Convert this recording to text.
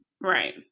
Right